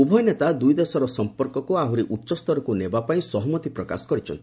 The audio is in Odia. ଉଭୟ ନେତା ଦୁଇ ଦେଶର ସମ୍ପର୍କକୁ ଆହୁରି ଉଚ୍ଚ ସ୍ତରକୁ ନେବାପାଇଁ ସହମତି ପ୍ରକାଶ କରିଛନ୍ତି